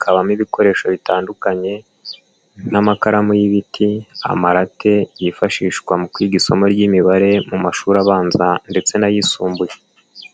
kabamo ibikoresho bitandukanye n'amakaramu y'ibiti amarate yifashishwa mu kwiga isomo ry'imibare mu mashuri abanza ndetse n'ayisumbuye.